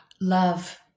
Love